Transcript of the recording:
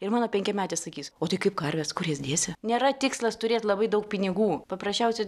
ir mano penkiametis sakys o tai kaip karvės kur jas dėsi nėra tikslas turėt labai daug pinigų paprasčiausiai